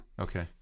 Okay